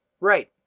Right